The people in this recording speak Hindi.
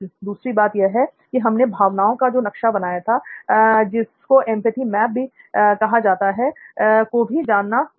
दूसरी बात यह है कि हमने भावनाओं का जो नक्शा बनाया है जिसको एंपैथी मैप भी कहा जाता है को भी जानना पड़ेगा